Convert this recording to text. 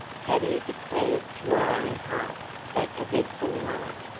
tavia declared to her own heart that eventful night,